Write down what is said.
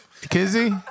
Kizzy